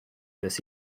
this